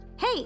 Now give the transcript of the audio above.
Hey